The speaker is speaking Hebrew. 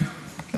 מצוין, מצוין.